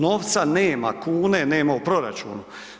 Novca nema, kune nema u proračunu.